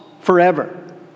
forever